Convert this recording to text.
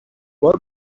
بار